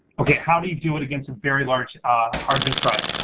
okay how do you do it against a very large hard disk drive?